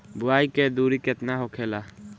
बुआई के दूरी केतना होखेला?